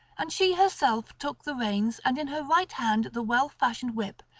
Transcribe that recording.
and she herself took the reins and in her right hand the well-fashioned whip,